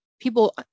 people